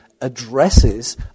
addresses